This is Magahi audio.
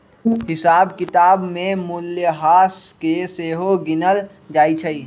हिसाब किताब में मूल्यह्रास के सेहो गिनल जाइ छइ